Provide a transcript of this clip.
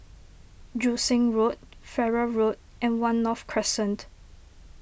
Joo Seng Road Farrer Road and one North Crescent